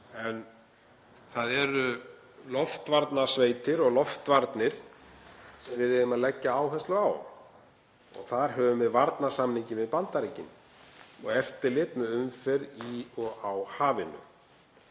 Það eru loftvarnasveitir og loftvarnir sem við eigum að leggja áherslu á og þar höfum við varnarsamninginn við Bandaríkin og eftirlit með umferð í og á hafinu.